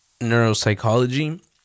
neuropsychology